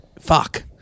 Fuck